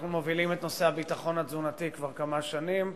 אנחנו מובילים את נושא הביטחון התזונתי כבר כמה שנים.